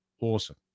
awesome